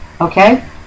Okay